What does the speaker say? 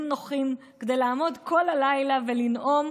נוחים כדי לעמוד כל הלילה ולנאום,